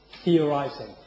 theorizing